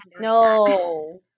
No